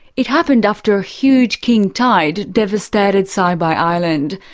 it happened after a huge king tide devastated saibai island.